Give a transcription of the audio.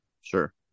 sure